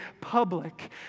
public